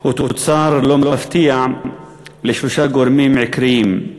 הוא תוצר לא מפתיע של שלושה גורמים עיקריים: